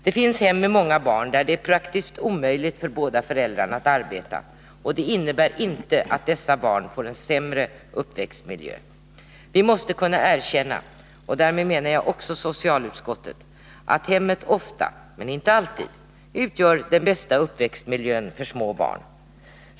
Det finns hem med många barn där det är praktiskt omöjligt för båda föräldrarna att arbeta — och det innebär inte att dessa barn får en sämre uppväxtmiljö. Vi— och därmed menar jag också socialutskottet — måste kunna erkänna att hemmet ofta, men inte alltid, utgör den bästa uppväxtmiljön för små barn.